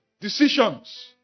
decisions